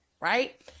right